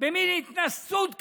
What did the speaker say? במין התנשאות כזאת,